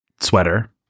sweater